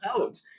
out